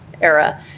era